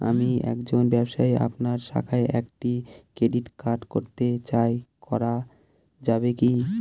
আমি একজন ব্যবসায়ী আপনার শাখায় একটি ক্রেডিট কার্ড করতে চাই করা যাবে কি?